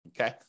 Okay